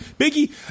Biggie